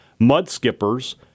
mudskippers